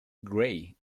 gray